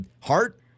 heart